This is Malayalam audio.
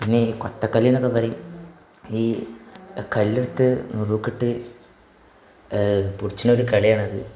ഇനീ കൊത്തക്കല്ലി എന്നൊക്കെ പറയും ഈ കല്ലെടുത്തു മുറുക്കിയിട്ട് പിടിച്ചിന്നൊരു കളിയാണിത്